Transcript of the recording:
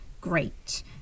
great